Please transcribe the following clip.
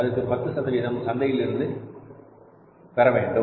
அதற்கு 10 சந்தையிலிருந்து பெறவேண்டும்